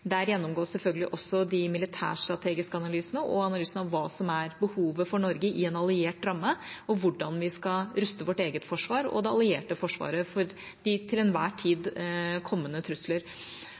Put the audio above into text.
der gjennomgås selvfølgelig også de militærstrategiske analysene og analysene av hva som er behovet for Norge i en alliert ramme, og hvordan vi skal ruste vårt eget forsvar og det allierte forsvaret for de til enhver tid kommende trusler.